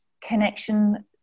connection